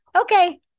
Okay